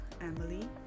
Emily